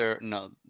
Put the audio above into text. no